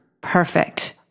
Perfect